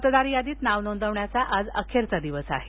मतदार यादीत नाव नोंदवण्याचा आज अखेरचा दिवस आहे